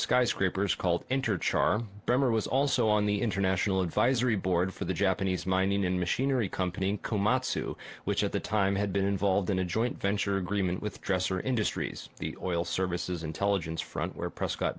skyscrapers called enter charm bremmer was also on the international advisory board for the japanese mining and machinery company komatsu which at the time had been involved in a joint venture agreement with dresser industries the oil services intelligence front where prescott